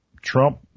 Trump